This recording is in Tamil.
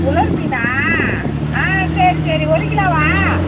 உலர் மீனா ஆ சரி சரி ஒரு கிலோவா